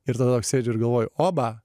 ir tada toks sėdžiu ir galvoju oba